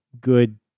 good